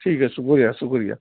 ٹھیک ہے شکریہ شکریہ